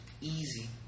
easy